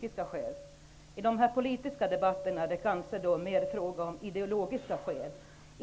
I politiska debatter är det kanske mera fråga om ideologiska skäl.